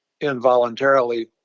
involuntarily